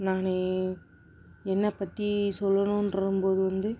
நான் என்னை பற்றி சொல்லணும்றம் போது வந்து